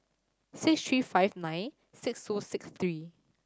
six three five nine six two six three